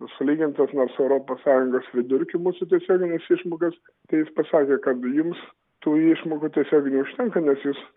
sulygintos nors europos sąjungos vidurkį mūsų tiesiogines išmokas jis pasakė kad ims tu išmokų tiesiog neužtenka nes jūs